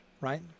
right